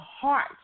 heart